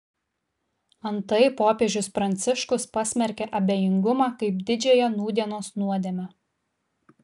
antai popiežius pranciškus pasmerkė abejingumą kaip didžiąją nūdienos nuodėmę